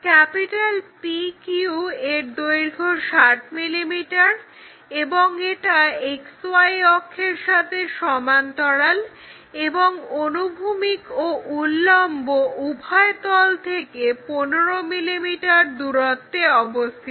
PQ এর দৈর্ঘ্য 60 mm এবং এটা XY অক্ষের সাথে সমান্তরাল এবং অনুভূমিক ও উল্লম্বউভয় তল থেকে 15 mm দূরত্বে অবস্থিত